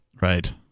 Right